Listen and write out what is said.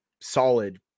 solid